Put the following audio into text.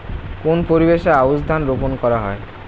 কোন পরিবেশে আউশ ধান রোপন করা হয়?